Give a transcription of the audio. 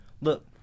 look